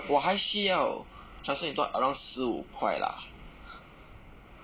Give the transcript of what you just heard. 我还需要 transfer 你多 around 十五块 lah